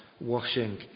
washing